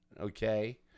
okay